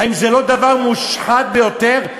האם זה לא דבר מושחת ביותר,